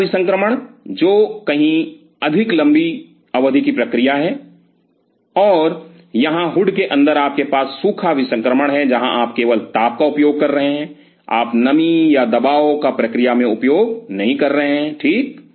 गीला विसंक्रमण जो कहीं अधिक लंबी अवधि की प्रक्रिया है और यहाँ हुड के अंदर आपके पास सूखा विसंक्रमण है जहां आप केवल ताप का उपयोग कर रहे हैं आप नमी या दबाव का प्रक्रिया में उपयोग नहीं कर रहे हैं ठीक